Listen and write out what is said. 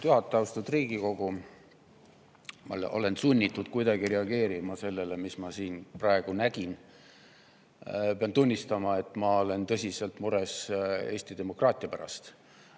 Austatud Riigikogu! Ma olen sunnitud kuidagi reageerima sellele, mida ma siin praegu nägin. Pean tunnistama, et ma olen tõsiselt mures Eesti demokraatia pärast.